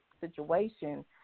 situation